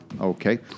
Okay